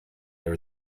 are